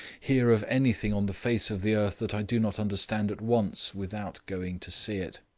hear of anything on the face of the earth that i do not understand at once, without going to see it.